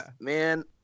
man